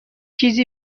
چیزی